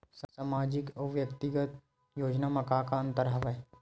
सामाजिक अउ व्यक्तिगत योजना म का का अंतर हवय?